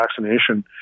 vaccination